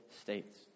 States